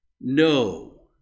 no